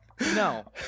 No